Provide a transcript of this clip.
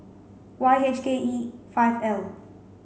Y H K E five L